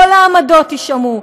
שכל העמדות יישמעו,